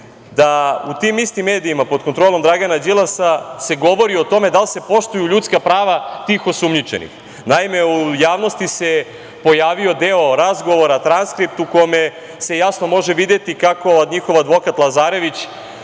da u tim istim medijima pod kontrolom Dragana Đilasa se govori o tome da li se poštuju ljudska prava tih osumnjičenih. Naime, u javnosti se pojavio deo razgovora, transkript u kome se jasno može videti kako njihov advokat Lazarević